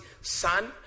Son